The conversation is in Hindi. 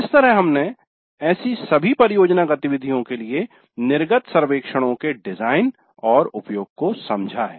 इस तरह हमने ऐसी सभी परियोजना गतिविधियों के लिए निर्गत सर्वेक्षणों के डिजाइन और उपयोग को समझा है